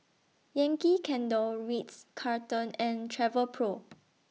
Yankee Candle Ritz Carlton and Travelpro